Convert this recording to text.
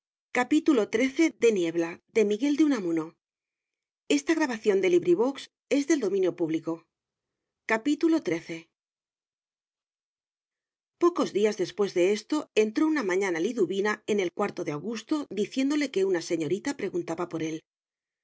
pocos días después de esto entró una mañana liduvina en el cuarto de augusto diciéndole que una señorita preguntaba por él